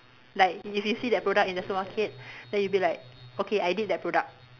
like if you see that product in the supermarket then you'll be like okay I did that product